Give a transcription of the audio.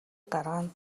гаргана